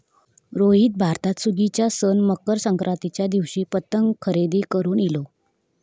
रोहित भारतात सुगीच्या सण मकर संक्रांतीच्या दिवशी पतंग खरेदी करून इलो